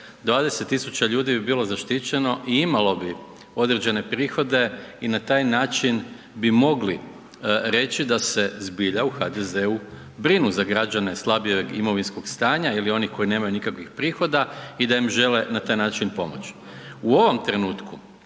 tisuća ljudi bi bilo zaštićeno i imalo bi određene prihode i na taj način bi mogli reći da se zbilja u HDZ-u brinu za građane slabijeg imovinskog stanja ili onih koji nemaju nikakvih prihoda i da im žele na taj način pomoći. U ovom trenutku,